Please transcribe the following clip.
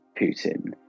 Putin